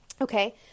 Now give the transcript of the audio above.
okay